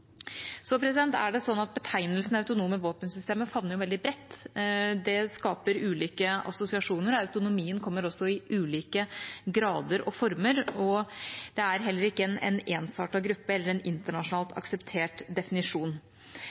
Betegnelsen «autonome våpensystemer» favner veldig bredt. Det skaper ulike assosiasjoner, og autonomien kommer også i ulike grader og former. Det er heller ikke en ensartet gruppe eller en internasjonalt akseptert definisjon.